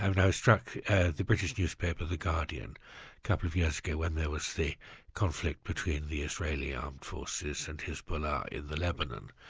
and i was struck by the british newspaper the guardian couple of years ago when there was the conflict between the israeli armed forces and hezbollah in the lebanon.